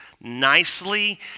nicely